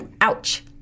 ouch